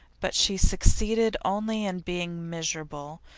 but she succeeded only in being miserable,